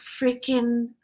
freaking